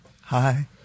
Hi